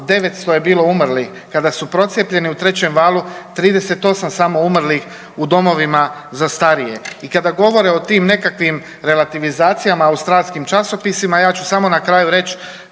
900 je bilo umrlih. Kada su procijepljeni u trećem valu 38 samo umrlih u domovima za starije. I kada govore o tim nekakvim relativizacijama u australskim časopisima ja ću samo na kraju reć